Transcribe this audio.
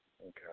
Okay